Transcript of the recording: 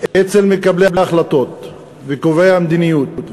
אצל מקבלי ההחלטות וקובעי המדיניות,